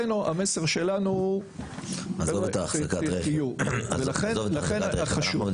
אחד הח"כים הכי --- שבאים